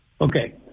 Okay